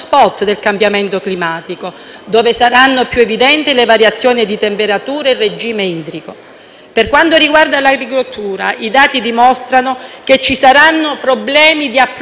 Per quanto riguarda l'agricoltura, i dati dimostrano che ci saranno problemi di approvvigionamento: per ogni grado di riscaldamento il raccolto dei cereali (riso, mais, grano)